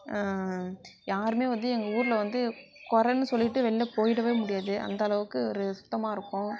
யாருமே வந்து எங்கள் ஊரில் வந்து குறன்னு சொல்லிவிட்டு வெளில போய்விடவே முடியாது அந்தளவுக்கு ஒரு சுத்தமாக இருக்கும்